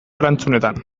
erantzunetan